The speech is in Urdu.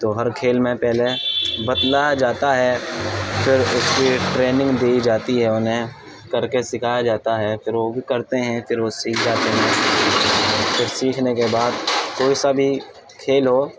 تو ہر کھیل میں پہلے بتلایا جاتا ہے پھر اس کی ٹریننگ دی جاتی ہے انہیں کر کے سکھایا جاتا ہے پھر وہ بھی کرتے پھر وہ سیکھ جاتے ہیں پھر سیکھنے کے بعد کوئی سا بھی کھیل ہو